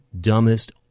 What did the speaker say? dumbest